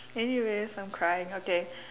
anyways I'm crying okay